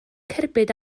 cerbyd